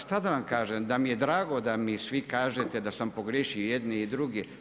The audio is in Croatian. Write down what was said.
Šta da vam kažem, da mi je drago da mi svi kažete da sam pogriješio jedni i drugi.